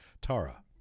Tara